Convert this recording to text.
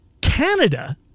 Canada